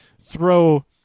throw